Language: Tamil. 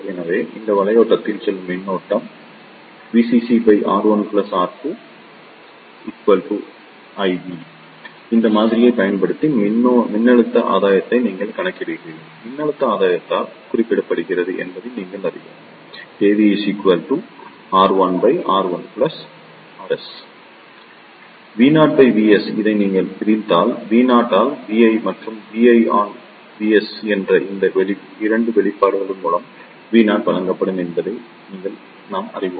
எனவே இந்த வளையத்தில் செல்லும் மின்னோட்டம் இந்த மாதிரியைப் பயன்படுத்தி மின்னழுத்த ஆதாயத்தை நீங்கள் கணக்கிடுகிறீர்கள் மின்னழுத்த ஆதாயத்தால் குறிக்கப்படுகிறது என்பதை நாங்கள் அறிவோம் Vo by Vs இதை நீங்கள் பிரித்தால் Vo ஆல் Vi மற்றும் Vi on Vs போன்ற இந்த 2 வெளிப்பாடுகளில் மூலம் Vo வழங்கப்படும் என்பதை நாங்கள் அறிவோம்